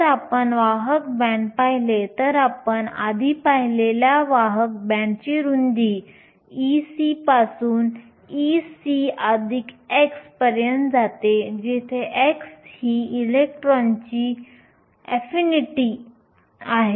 जर आपण वाहक बँड पाहिले तर आपण आधी पाहिलेल्या वाहक बँडची रुंदी Ec पासून Ec χ पर्यंत जाते जेथे χ ही इलेक्ट्रॉनची अफिनिटी आहे